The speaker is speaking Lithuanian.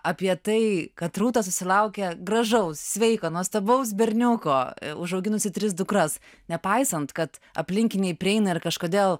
apie tai kad rūta susilaukė gražaus sveiko nuostabaus bernioko užauginusi tris dukras nepaisant kad aplinkiniai prieina ir kažkodėl